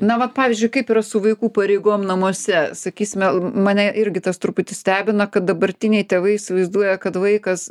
na vat pavyzdžiui kaip yra su vaikų pareigom namuose sakysime mane irgi tas truputį stebina kad dabartiniai tėvai įsivaizduoja kad vaikas